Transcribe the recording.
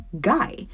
guy